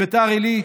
בביתר עילית,